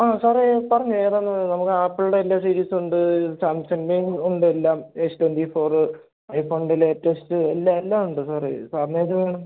ആ സാറേ പറഞ്ഞോ ഏതാണെന്ന് നമുക്ക് ആപ്പിളിൻ്റെ എല്ലാ സീരീസുമുണ്ട് സാംസഗിൻ്റേയും ഉണ്ടെല്ലാം എസ് ട്വൻ്റി ഫോറ് ഐഫോണിൻ്റെ ലേറ്റസ്റ്റ് എല്ലാം എല്ലാം ഉണ്ട് സാറേ സാറിനേത് വേണം